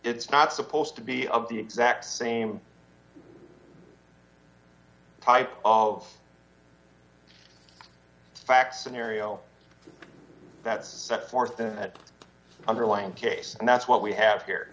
it's not supposed to be of the exact same type of fact scenario that's set forth in that underlying case and that's what we have here